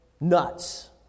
nuts